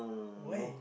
why